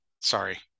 sorry